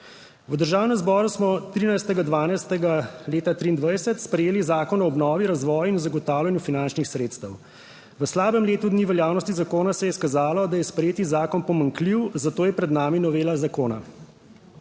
V Državnem zboru smo 13. 12. leta 2023 sprejeli zakon o obnovi, razvoju in zagotavljanju finančnih sredstev. V slabem letu dni veljavnosti zakona se je izkazalo, da je sprejeti zakon pomanjkljiv, zato je pred nami novela zakona.